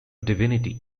divinity